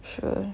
sure